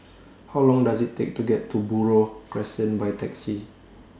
How Long Does IT Take to get to Buroh Crescent By Taxi